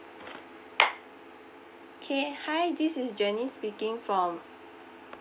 okay hi this is janice speaking from